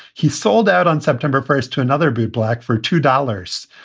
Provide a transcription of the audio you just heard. he sold out on september first to another bootblack for two dollars.